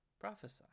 prophesy